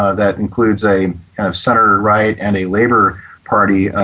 ah that includes a kind of centre right and a labour party,